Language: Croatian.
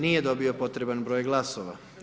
Nije dobio potreban broj glasova.